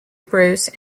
bruce